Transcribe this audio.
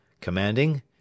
Commanding